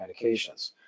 medications